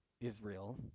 Israel